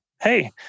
hey